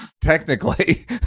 Technically